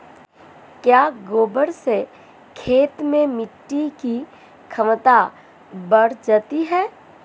क्या गोबर से खेत में मिटी की क्षमता बढ़ जाती है?